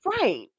Right